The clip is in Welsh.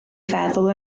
feddwl